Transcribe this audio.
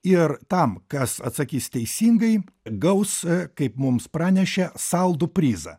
ir tam kas atsakys teisingai gaus kaip mums pranešė saldų prizą